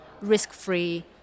risk-free